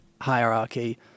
hierarchy